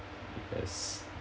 yes